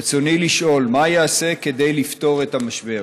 רצוני לשאול: מה ייעשה כדי לפתור את המשבר?